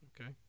Okay